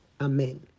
amen